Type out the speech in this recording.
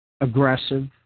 aggressive